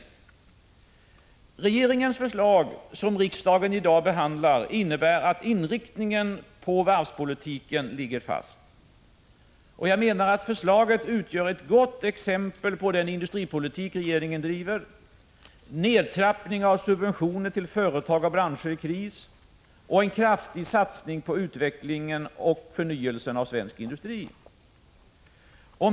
Det regeringsförslag som riksdagen i dag behandlar innebär att inriktningen på varvspolitiken ligger fast. Förslaget utgör enligt min mening ett gott exempel på den industripolitik regeringen driver, nämligen nedtrappning av subventioner till företag och branscher i kris och en kraftig satsning på utveckling och förnyelse av svensk industri.